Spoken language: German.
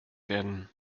werden